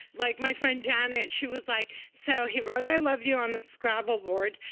like my friend janet, she was like, so he wrote i love you on the scrabble board.